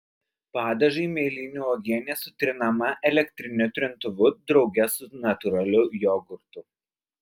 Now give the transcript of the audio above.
padažui mėlynių uogienė sutrinama elektriniu trintuvu drauge su natūraliu jogurtu